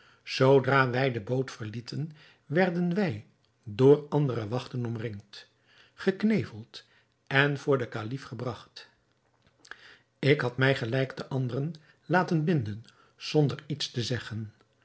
zoodra wij de boot verlieten werden wij door andere wachten omringd gekneveld en voor den kalif gebragt ik had mij gelijk de anderen laten binden zonder iets te zeggen